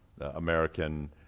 American